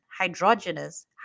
hydrogenous